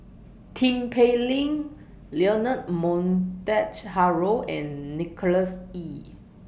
Tin Pei Ling Leonard Montague Harrod and Nicholas Ee